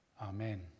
Amen